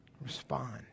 respond